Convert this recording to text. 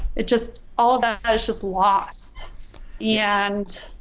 it just all that i was just lost yeah and